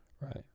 Right